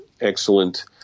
excellent